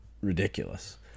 ridiculous